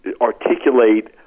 articulate